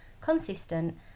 consistent